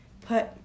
put